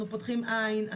אנחנו פוקחים עין,